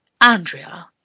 Andrea